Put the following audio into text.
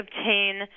obtain